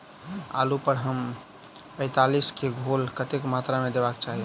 आलु पर एम पैंतालीस केँ घोल कतेक मात्रा मे देबाक चाहि?